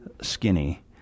skinny